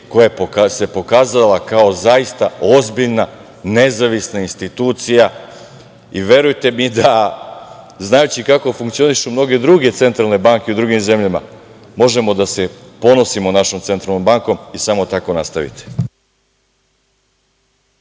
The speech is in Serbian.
koja se pokazala kao zaista ozbiljna, nezavisna institucija. Verujte mi da, znajući kako funkcionišu mnoge druge centralne banke u drugim zemljama, možemo da se ponosimo našom Centralnom bankom. Samo tako nastavite.